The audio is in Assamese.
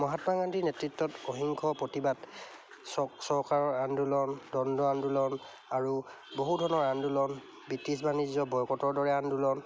মহাত্মা গান্ধীৰ নেতৃত্বত অহিংস প্ৰতিবাদ চক চৰকাৰৰ আন্দোলন দণ্ড আন্দোলন আৰু বহু ধৰণৰ আন্দোলন ব্ৰিটিছ বাণিজ্য বয়কটৰ দৰে আন্দোলন